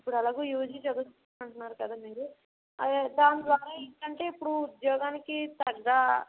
ఇప్పుడు ఎలాగో యూజీ చదువుతున్నాను అంటున్నారు కదా మీరు ఆ దాని ద్వారా ఏంటంటే ఇప్పుడు ఉద్యోగానికి తగ్గ